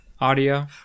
audio